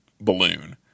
balloon